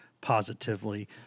positively